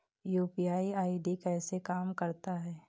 UPI ID कैसे काम करता है?